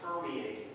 permeating